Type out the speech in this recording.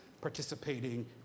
participating